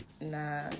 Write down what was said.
Nah